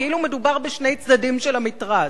כאילו מדובר בשני צדדים של המתרס?